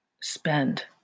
spend